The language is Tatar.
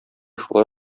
шулай